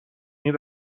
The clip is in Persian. این